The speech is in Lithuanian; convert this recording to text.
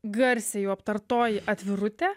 garsiai jau aptartoji atvirutė